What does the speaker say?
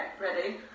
Ready